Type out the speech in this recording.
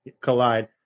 Collide